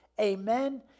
amen